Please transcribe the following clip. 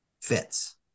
fits